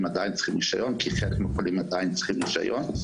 הם עדיין צריכים רישיון כי חלק מהחולים עדיין צריכים רישיון.